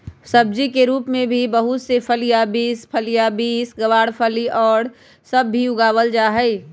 सब्जी के रूप में भी बहुत से फलियां, बींस, गवारफली और सब भी उगावल जाहई